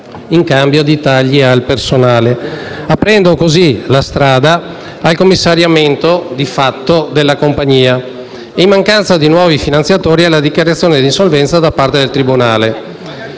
in cambio di tagli al personale, aprendo così la strada al commissariamento della compagnia e, in mancanza di nuovi finanziatori, alla dichiarazione di insolvenza da parte del tribunale.